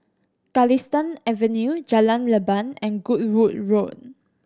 Galistan Avenue Jalan Leban and Goodwood Road